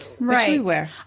Right